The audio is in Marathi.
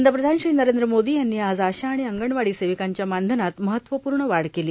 पंतप्रधान श्री नरेंद्र मोदी यांनी आज आशा आणि अंगणवाडी सेविकांच्या मानधनात महत्वपूर्ण वाढ केली